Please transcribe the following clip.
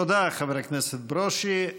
תודה, חבר הכנסת ברושי.